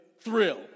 Thrill